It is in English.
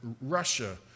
Russia